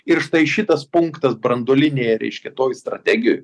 ir štai šitas punktas branduolinėje reiškia toj strategijoj